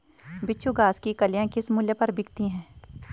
बिच्छू घास की कलियां किस मूल्य पर बिकती हैं?